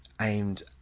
aimed